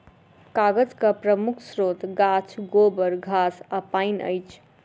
कागजक प्रमुख स्रोत गाछ, गोबर, घास आ पानि अछि